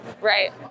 Right